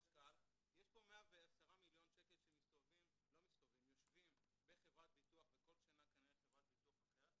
יש פה 110 מיליון שיושבים בחברת ביטוח וכל שנה כנראה חברת ביטוח אחרת.